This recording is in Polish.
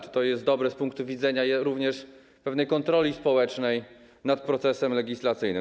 Czy to jest dobre z punktu widzenia również pewnej kontroli społecznej nad procesem legislacyjnym?